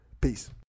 Peace